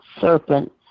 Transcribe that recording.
serpent